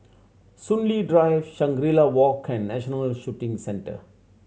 Soon Lee Drive Shangri La Walk and National Shooting Centre